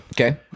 Okay